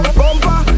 bumper